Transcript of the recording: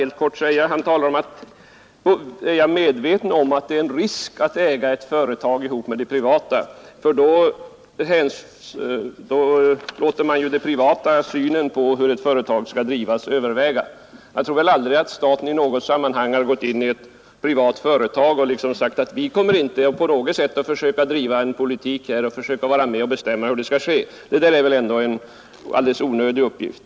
Till att börja med frågade herr Svensson om jag har klart för mig att det är en risk att äga ett företag ihop med företrädare för det privata näringslivet för då låter man den privata synen på hur ett företag skall drivas överväga. Jag tror väl aldrig att staten i något sammanhang har gått in i ett privat företag och liksom sagt att vi kommer inte på något sätt att försöka driva en politik här och vilja vara med och bestämma hur det skall ske. Det där är väl ändå en alldeles onödig uppgift.